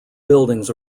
buildings